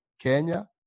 Kenya